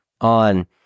on